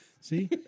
See